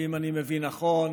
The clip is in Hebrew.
ואם אני מבין נכון,